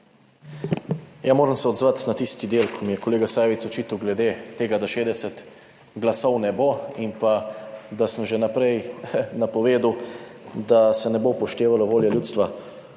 Moram se odzvati na tisti del, ko mi je kolega Sajovic očital glede tega, da 60 glasov ne bo in pa, da sem že vnaprej napovedal, da se ne bo upoštevala volja ljudstva.